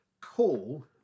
call